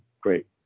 great